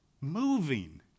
moving